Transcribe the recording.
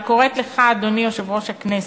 אני קוראת לך, אדוני יושב-ראש הכנסת,